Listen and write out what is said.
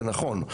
זה נכון.